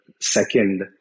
second